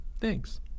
Thanks